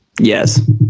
Yes